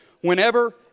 whenever